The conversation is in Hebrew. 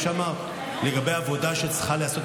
לגבי העבודה שצריכה להיעשות,